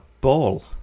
ball